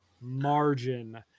margin